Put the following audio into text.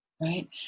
right